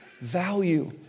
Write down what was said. value